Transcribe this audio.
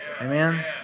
Amen